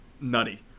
nutty